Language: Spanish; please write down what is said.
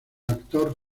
actor